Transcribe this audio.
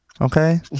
Okay